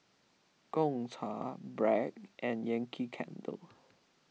Gongcha Bragg and Yankee Candle